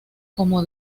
como